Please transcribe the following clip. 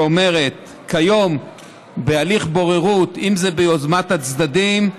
שאומרת: כיום בהליך בוררות, אם זה ביוזמת הצדדים,